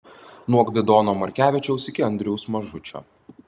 nuo gvidono markevičiaus iki andriaus mažučio